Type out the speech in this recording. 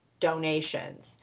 donations